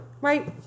Right